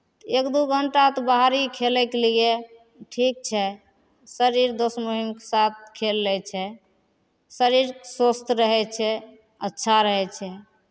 एक दू घण्टा तऽ बाहरी खेलयके लिए ठीक छै शरीर दोस महीमके साथ खेल लै छै शरीर स्वस्थ रहै छै अच्छा रहै छै